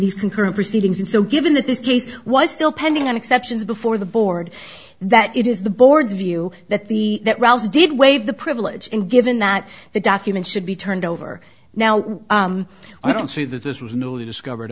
these concurrent proceedings and so given that this case was still pending on exceptions before the board that it is the board's view that the rouse did waive the privilege and given that the documents should be turned over now i don't see that this was newly discovered